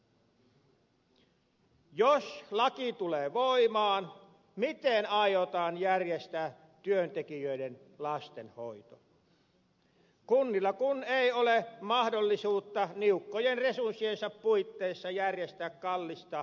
jos laki tulee voimaan miten aiotaan järjestää työntekijöiden lastenhoito kunnilla kun ei ole mahdollisuutta niukkojen resurssiensa puitteissa järjestää kallista ympärivuorokautista lastenhoitoa